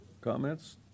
Comments